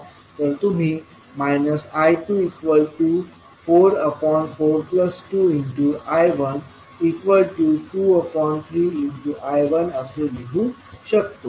तर तुम्ही I2442I123I1 असे लिहू शकतो